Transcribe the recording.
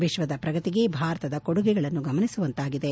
ವಿಶ್ವದ ಪ್ರಗತಿಗೆ ಭಾರತದ ಕೊಡುಗೆಗಳನ್ನು ಗಮನಿಸುವಂತಾಗಿದೆ